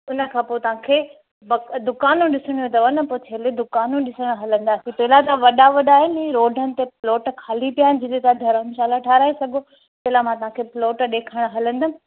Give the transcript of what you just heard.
हुन खां पोइ तव्हांखे दुकानियूं ॾिसणियूं अथव न पोइ छेले दुकानूं ॾिसण हलंदासि पहिला तव्हां वॾा वॾा आहिनि नी रोडनि ते प्लॉट ख़ाली पिया आहिनि जिते तव्हां धरमशाला ठाहिराए सघो पहिला मां तव्हांखे प्लॉट ॾेखारण हलंदमि